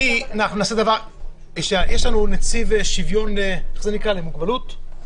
נציב שוויון לאנשים עם מוגבלות,